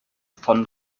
von